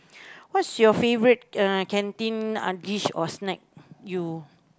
what's your favorite uh canteen dish or snack you